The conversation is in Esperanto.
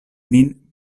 min